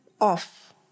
off